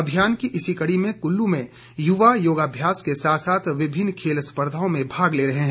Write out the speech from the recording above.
अभियान की इसी कड़ी में कुल्लू में युवा योगाभ्यास के साथ साथ विभिन्न खेल स्पर्धाओं में भाग ले रहे हैं